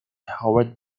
howard